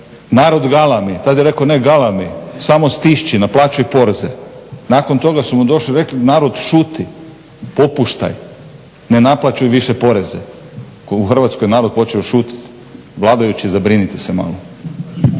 narod galami. Tad je rekao nek' galami, samo stišći, naplaćuj poreze. Nakon toga su mu došli i rekli narod šuti, popuštaj, ne naplaćuj više poreze. Kao u Hrvatskoj narod je počeo šutiti, vladajući zabrinite se malo.